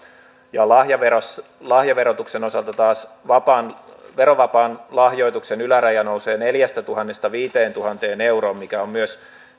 lahjaverotuksen osalta taas verovapaan lahjoituksen yläraja nousee neljästätuhannesta viiteentuhanteen euroon mikä on myös